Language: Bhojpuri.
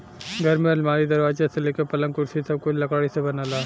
घर में अलमारी, दरवाजा से लेके पलंग, कुर्सी सब कुछ लकड़ी से बनला